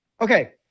Okay